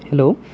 hello